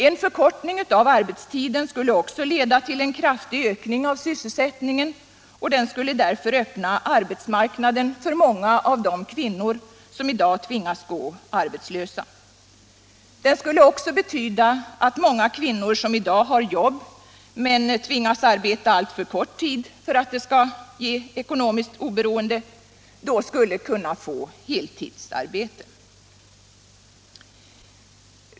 En förkortning av arbetstiden skulle också leda till en kraftig ökning av sysselsättningen, och den skulle därför öppna arbetsmarknaden för många av de kvinnor som i dag tvingas gå arbetslösa. Den skulle också betyda att många kvinnor, som i dag har jobb men tvingas arbeta alltför kort tid för att det skall ge ekonomiskt oberoende, skulle kunna få heltidsarbete.